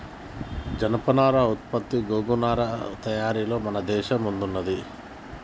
జనపనార ఉత్పత్తి గోగు నారా తయారీలలో మన దేశం ముందున్నది